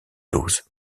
doses